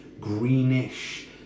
greenish